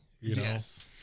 Yes